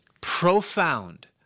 profound